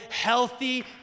healthy